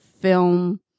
film